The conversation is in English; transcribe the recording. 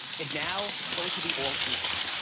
is now going to be all digital.